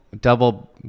double